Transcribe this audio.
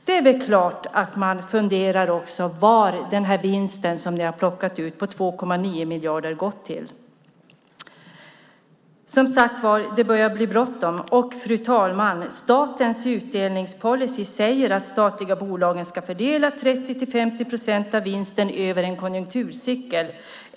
Det är klart att man också funderar på vad vinsten på 2,9 miljarder har gått till. Det börjar som sagt bli bråttom. Statens utdelningspolicy säger att de statliga bolagen ska fördela 30-50 procent av vinsten över en konjunkturcykel, fru talman.